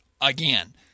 again